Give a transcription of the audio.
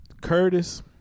Curtis